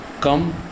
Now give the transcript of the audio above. come